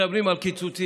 מדברים על קיצוצים.